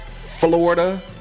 Florida